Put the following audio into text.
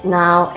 now